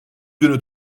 günü